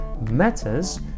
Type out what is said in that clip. matters